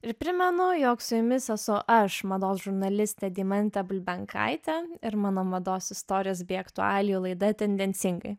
ir primenu jog su jumis esu aš mados žurnalistė deimantė bulbenkaitė ir mano mados istorijos bei aktualijų laida tendencingai